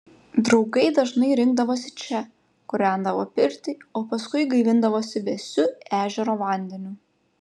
draugai dažnai rinkdavosi čia kūrendavo pirtį o paskui gaivindavosi vėsiu ežero vandeniu